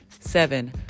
Seven